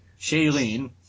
Shailene